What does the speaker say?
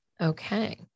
Okay